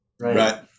Right